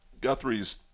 Guthrie's –